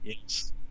Yes